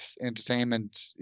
Entertainment